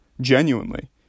genuinely